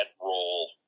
role